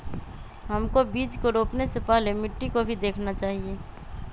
हमको बीज को रोपने से पहले मिट्टी को भी देखना चाहिए?